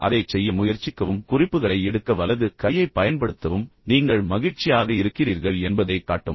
எனவே அதைச் செய்ய முயற்சிக்கவும் குறிப்புகளை எடுக்க வலது கையைப் பயன்படுத்தவும் புன்னகைக்கவும் அல்லது நீங்கள் மகிழ்ச்சியாக இருக்கிறீர்கள் என்பதைக் காட்டவும்